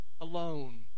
alone